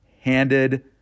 handed